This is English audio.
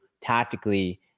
tactically